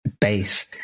base